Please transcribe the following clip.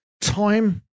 time